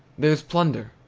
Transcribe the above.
there's plunder,